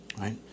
right